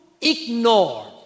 ignore